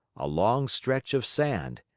a long stretch of sand.